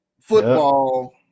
Football